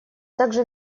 также